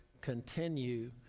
continue